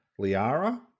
Liara